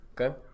Okay